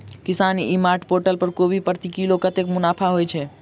किसान e mart portal पर कोबी प्रति किलो कतै मुनाफा होइ छै?